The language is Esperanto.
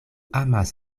amas